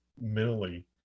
mentally